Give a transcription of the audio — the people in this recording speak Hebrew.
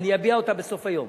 אני אביע אותה בסוף היום.